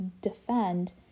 defend